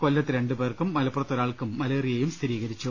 കൊല്ലത്ത് രണ്ടുപേർക്കും മലപ്പുറത്ത് ഒരാൾക്കും മലേറിയയും സ്ഥിരീകരിച്ചു